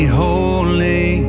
holy